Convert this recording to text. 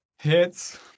Hits